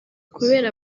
kubera